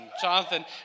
Jonathan